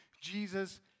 Jesus